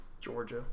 Georgia—